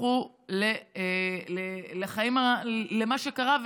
הפכו למה שקרה,